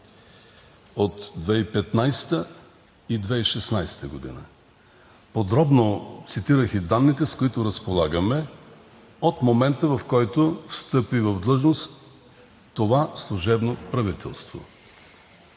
от 2015 г. и 2016 г., подробно цитирах и данните, с които разполагаме от момента, в който встъпи в длъжност това служебно правителство